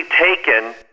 taken